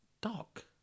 Doc